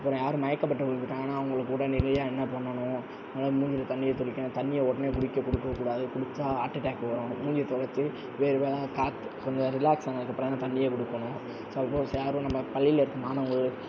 அப்புறம் யார் மயக்கம் போட்டு விழுந்துட்டாங்கனா அவங்கள உடனடியாக என்ன பண்ணணும் முதல்ல மூஞ்சியில் தண்ணியை தெளிக்கணும் தண்ணியை உடனே குடிக்க குடுக்க கூடாது குடித்தால் ஹாட்டர்ட்டாக் வரும் மூஞ்சை தொடச்சு வேர்வைலான் காற்று கொஞ்சம் ரிலாக்ஸ்ஸானதுக்கப்புறம் அந்த தண்ணியை கொடுக்கணும் சப்போஸ் யாரும் நம்ம